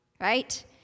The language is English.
right